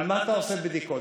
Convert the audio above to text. על מה אתה עושה בדיקות?